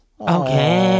Okay